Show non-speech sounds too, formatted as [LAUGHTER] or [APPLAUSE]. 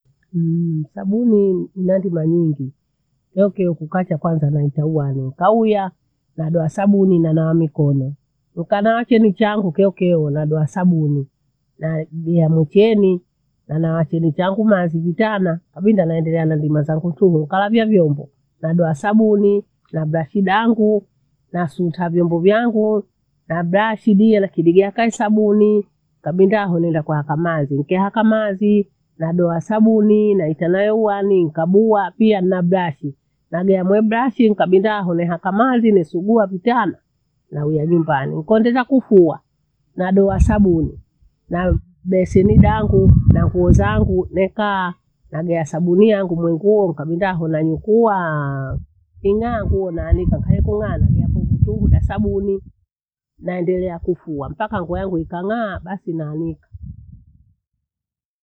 [HESITATION] sabuni ina ndima nyingi, keokeo kukacha kwanza naeta uani. Ukauya nadoa sabuni nanawa mikono, nkanawa cheni changu keokeo nadoa sabuni nadea mucheni nawana cheni changu mazi vitana khabinda naendelea na ndima zangu tulu. Kalaviya viombo, nadoa sabuni nabrashi daangu nasunta vombo vyangu, nabrashi vile nakidegea kaisabuni kabinda hoo naenda kuwaka mathi. Nikehaka mathi nadoa sabuni naita nayo uani nikabua pia nina brashi nagea mwe brashi nikabindo hoo neaka mathi nisugua vitana nawia nyumbani. Nikondetha kufua nadoa sabuni nabeseni dangu na nguo zangu nekaa, nagea sabuni yangu mwenguo nikabinda hoo nanyikuaa. Ing'aa nguo naanika khalekung'ana geako butungu dasabuni, nandelea kufua mapaka nguo yangu ikang'aa basi naanika.